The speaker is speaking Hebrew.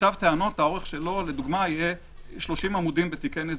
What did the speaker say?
שכתב טענות האורך שלו יהיה 30 עמודים בתיקי נזיקין.